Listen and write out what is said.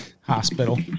hospital